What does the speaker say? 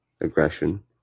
aggression